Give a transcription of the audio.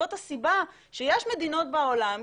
זאת הסיבה שיש מדינות בעולם,